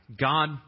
God